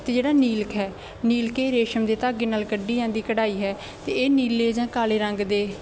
ਅਤੇ ਜਿਹੜਾ ਨੀਲਕ ਹੈ ਨੀਲਕੇ ਰੇਸ਼ਮ ਦੇ ਧਾਗੇ ਨਾਲ ਕੱਢੀ ਜਾਂਦੀ ਕਢਾਈ ਹੈ ਅਤੇ ਇਹ ਨੀਲੇ ਜਾਂ ਕਾਲੇ ਰੰਗ ਦੇ